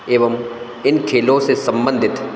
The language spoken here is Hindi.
एवं इन खेलों से सम्बंधित